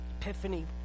Epiphany